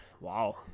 Wow